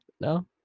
No